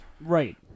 Right